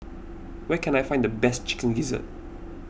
where can I find the best Chicken Gizzard